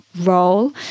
role